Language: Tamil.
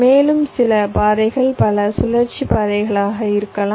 மேலும் சில பாதைகள் பல சுழற்சி பாதைகளாக இருக்கலாம்